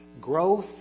Growth